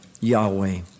Yahweh